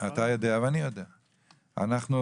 למצוא